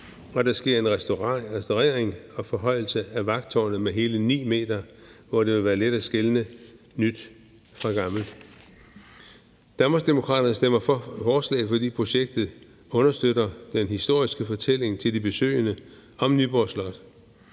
og der sker en restaurering og forhøjelse af vagttårnet med hele 9 m, hvor det vil være let at skelne nyt fra gammelt. Danmarksdemokraterne stemmer for forslaget, fordi projektet understøtter den historiske fortælling om Nyborg Slot